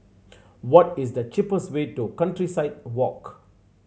what is the cheapest way to Countryside Walk